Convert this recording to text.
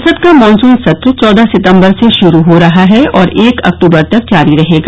संसद का मॉनसून सत्र चौदह सितम्बर से शुरू हो रहा है और एक अक्तूबर तक जारी रहेगा